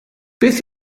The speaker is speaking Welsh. beth